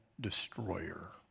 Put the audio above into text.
destroyer